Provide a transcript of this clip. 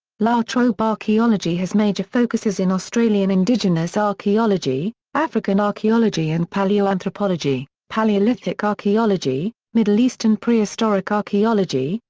la trobe archaeology has major focuses in australian indigenous archaeology, african archaeology and palaeoanthropology, palaeolithic archaeology, middle eastern prehistoric archaeology,